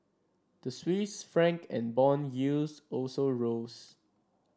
the Swiss Franc and bond yields also rose